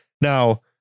Now